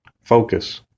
focus